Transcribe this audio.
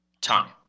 time